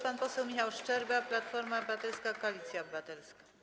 Pan poseł Michał Szczerba, Platforma Obywatelska - Koalicja Obywatelska.